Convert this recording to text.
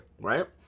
right